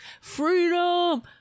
freedom